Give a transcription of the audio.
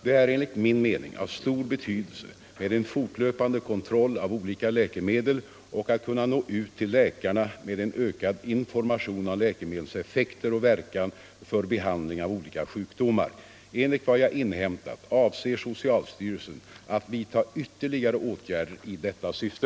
Det är enligt min mening av stor betydelse med en fortlöpande kontroll av olika läkemedel och att kunna nå ut till läkarna med en ökad information om läkemedels effekter och verkan för behandling av olika sjukdomar. Enligt vad jag inhämtat avser socialstyrelsen att vidta ytterligare åtgärder i detta syfte.